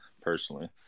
personally